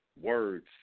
words